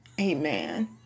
amen